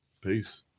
Peace